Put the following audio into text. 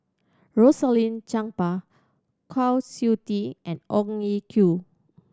Rosaline Chan Pang Kwa Siew Tee and Ong Ye Kung